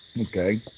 Okay